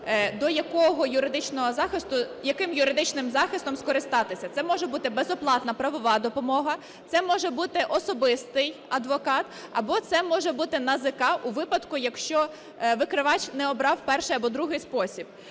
до якого юридичного захисту, яким юридичним захистом скористатися. Це може бути безоплатна правова допомога, це може бути особистий адвокат або це може бути НАЗК у випадку, якщо викривач не обрав перший або другий спосіб.